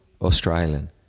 Australian